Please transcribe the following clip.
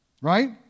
right